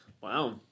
Wow